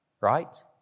right